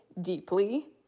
deeply